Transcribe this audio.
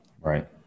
Right